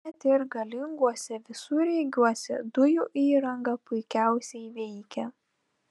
net ir galinguose visureigiuose dujų įranga puikiausiai veikia